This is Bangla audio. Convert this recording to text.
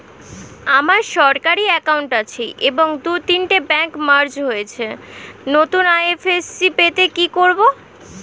আমার সরকারি একাউন্ট আছে এবং দু তিনটে ব্যাংক মার্জ হয়েছে, নতুন আই.এফ.এস.সি পেতে কি করব?